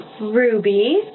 Ruby